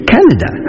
Canada